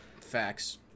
Facts